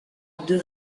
deux